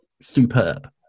superb